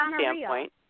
standpoint